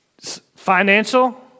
financial